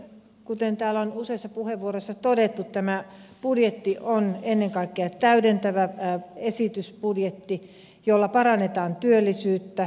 kuten täällä on useissa puheenvuoroissa todettu tämä budjetti on ennen kaikkea budjettia täydentävä esitys jolla parannetaan työllisyyttä